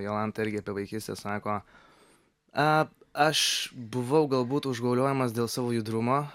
jolantą irgi apie vaikystę sako aa aš buvau galbūt užgauliojamas dėl savo judrumo